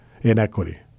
inequity